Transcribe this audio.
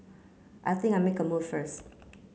I think I make a move first